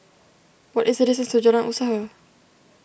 what is the distance to Jalan Usaha